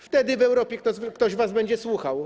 Wtedy w Europie ktoś was będzie słuchał.